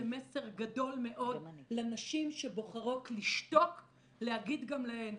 מסר גדול מאוד לנשים שבוחרות לשתוק להגיד גם להן,